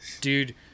Dude